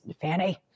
fanny